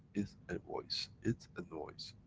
is a voice, it's a noise.